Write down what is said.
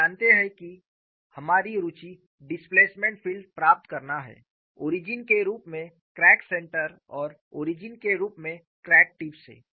आप जानते है की हमारी रूचि डिस्प्लेसमेंट फील्ड प्राप्त करना है ओरिजिन के रूप में क्रैक सेंटर और ओरिजिन के रूप में क्रैक टिप से